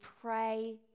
pray